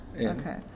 Okay